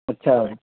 اچھا ہے